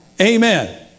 Amen